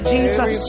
Jesus